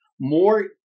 more